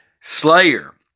Slayer